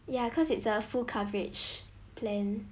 ya cause it's a full coverage plan